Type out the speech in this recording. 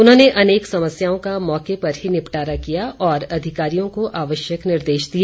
उन्होंने अनेक समस्याओं का मौके पर ही निपटारा किया और अधिकारियों को आवश्यक निर्देश दिए